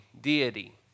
deity